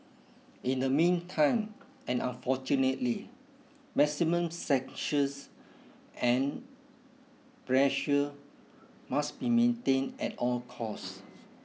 in the meantime and unfortunately maximum sanctions and pressure must be maintained at all costs